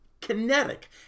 kinetic